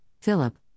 Philip